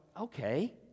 okay